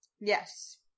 Yes